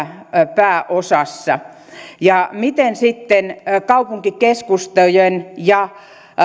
pääosassa ja miten sitten kaupunkikeskustojen ja